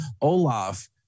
Olaf